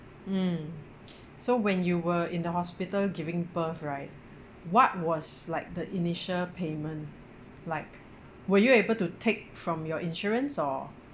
mm so when you were in the hospital giving birth right what was like the initial payment like were you able to take from your insurance or